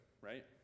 right